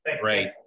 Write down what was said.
Great